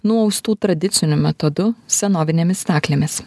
nuaustų tradiciniu metodu senovinėmis staklėmis